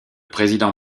président